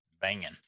banging